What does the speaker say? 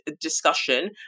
discussion